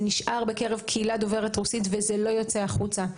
זה נשאר בקרב קהילה דוברת רוסית ולא יוצא החוצה.